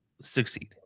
succeed